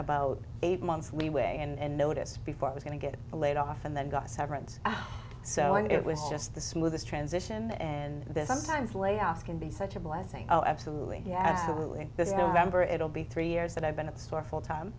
about eight months leeway and notice before i was going to get laid off and then got severance so i mean it was just the smoothest transition and this sometimes layoffs can be such a blessing oh absolutely yeah absolutely this november it'll be three years that i've been at the store full time